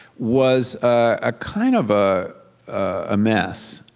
was a kind of ah a mess,